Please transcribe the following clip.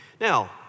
Now